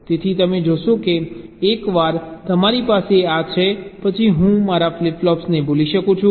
તેથી તમે જોશો કે એકવાર તમારી પાસે આ છે પછી હું મારા ફ્લિપ ફ્લોપને ભૂલી શકું છું